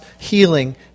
healing